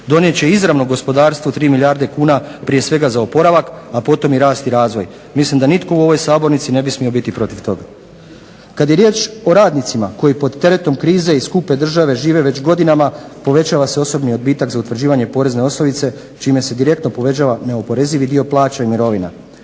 Donijet će izravno gospodarstvo 3 milijarde kuna prije svega za oporavak, a potom i rast i razvoj. Mislim da nitko u ovoj sabornici ne bi smio biti protiv toga. Kad je riječ o radnicima koji pod teretom krize i skupe države žive već godinama povećava se osobni odbitak za utvrđivanje porezne osnovice čime se direktno povećava neoporezivi dio plaća i mirovina,